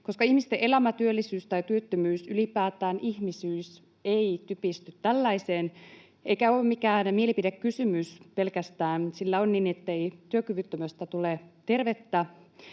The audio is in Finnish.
ihmisten elämä, työllisyys tai työttömyys, ylipäätään ihmisyys, ei typisty tällaiseen eikä ole mikään mielipidekysymys pelkästään, sillä on niin, että työkyvyttömästä ei tule tervettä